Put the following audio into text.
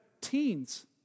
Teens